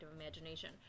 imagination